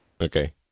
Okay